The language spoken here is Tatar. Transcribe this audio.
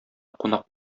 кунак